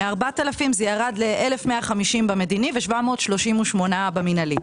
מ-4,000 ירד ל-1,150 במדיני ו-738 במינהלי.